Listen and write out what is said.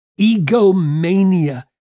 egomania